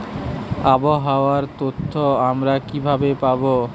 আবহাওয়ার তথ্য আমরা কিভাবে পাব?